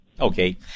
okay